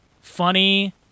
funny